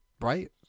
Right